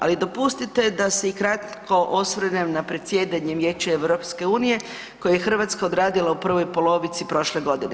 Ali dopustite da se i kratko osvrnem na predsjedanje Vijećem EU koje je Hrvatska odradila u prvoj polovici prošle godine.